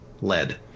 lead